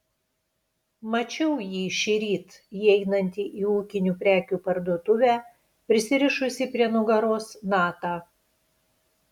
mačiau jį šįryt įeinantį į ūkinių prekių parduotuvę prisirišusį prie nugaros natą